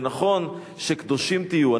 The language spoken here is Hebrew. זה נכון ש"קדושים תהיו".